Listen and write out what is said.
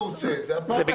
--- את כל